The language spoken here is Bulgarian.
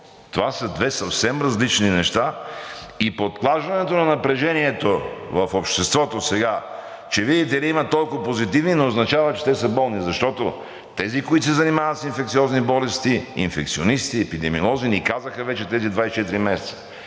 Това се две съвсем различни неща и подклаждането на напрежението в обществото сега, че видите ли, има толкова позитивни, не означава, че те са болни, защото тези, които се занимават с инфекциозни болести – инфекционисти, епидемиолози, ни казаха вече през тези 24 месеца.